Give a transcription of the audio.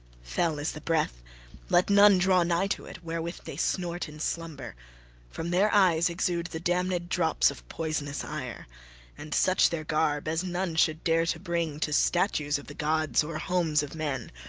fell is the breath let none draw nigh to it wherewith they snort in slumber from their eyes exude the damned drops of poisonous ire and such their garb as none should dare to bring to statues of the gods or homes of men.